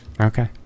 okay